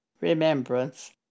remembrance